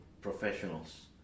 professionals